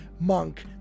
monk